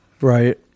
Right